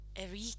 Eric